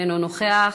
אינו נוכח,